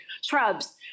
shrubs